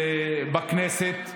בכנסת,